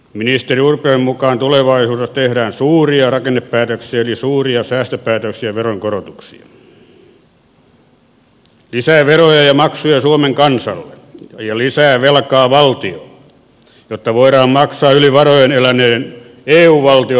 ministeri urpilaisen mukaan tulevaisuudessa tehdään suuria rakennepäätöksiä eli suuria säästöpäätöksiä ja veronkorotuksia lisää veroja ja maksuja suomen kansalle ja lisää velkaa valtiolle jotta voidaan maksaa yli varojen eläneiden eu valtioiden velat